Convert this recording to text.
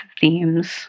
themes